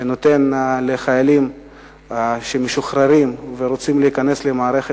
שנותן לחיילים שמשתחררים ורוצים להיכנס למערכת